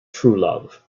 truelove